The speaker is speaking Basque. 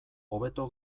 hobeto